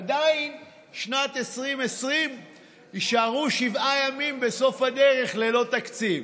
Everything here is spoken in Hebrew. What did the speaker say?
עדיין בשנת 2020 יישארו שבעה ימים בסוף הדרך ללא תקציב.